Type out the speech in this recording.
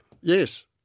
Yes